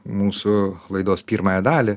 mūsų laidos pirmąją dalį